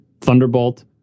Thunderbolt